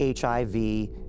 HIV